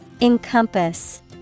Encompass